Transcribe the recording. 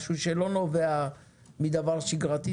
משהו שלא נובע מדבר שגרתי,